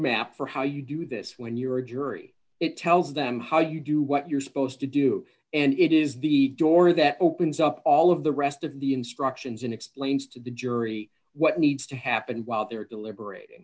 roadmap for how you do this when you're a jury it tells them how you do what you're supposed to do and it is the door that opens up all of the rest of the instructions and explains to the jury what needs to happen while they're deliberating